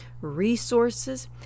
resources